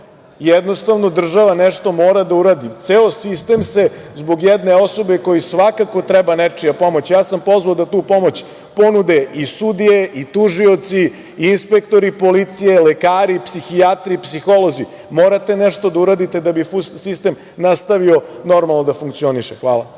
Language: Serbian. Jednostavno, država nešto mora da uradi. Ceo sistem se zbog jedne osobe, kojoj svakako treba nečija pomoć, ja sam pozvao da tu pomoć ponude i sudije i tužioci i inspektori policije, lekari, psihijatri, psiholozi, morate nešto da uradite da bi sistem nastavio normalno da funkcioniše. Hvala.